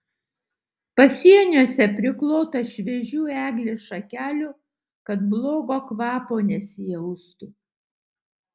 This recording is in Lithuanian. pasieniuose priklota šviežių eglės šakelių kad blogo kvapo nesijaustų